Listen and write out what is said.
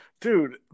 dude